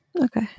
Okay